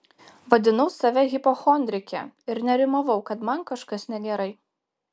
vadinau save hipochondrike ir nerimavau kad man kažkas negerai